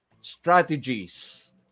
strategies